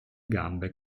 gambe